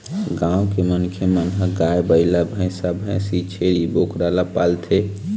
गाँव के मनखे मन ह गाय, बइला, भइसा, भइसी, छेरी, बोकरा ल पालथे